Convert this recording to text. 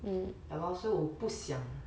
ya lor 所以我不想